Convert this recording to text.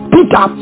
Peter